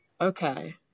okay